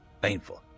painful